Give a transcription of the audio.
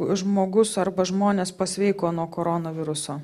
žmogus arba žmonės pasveiko nuo koronaviruso